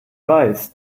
weiß